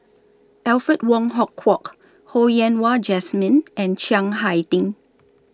Alfred Wong Hong Kwok Ho Yen Wah Jesmine and Chiang Hai Ding